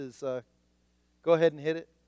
go-ahead-and-hit-it